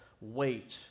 wait